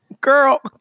girl